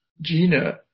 Gina